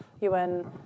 UN